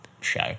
show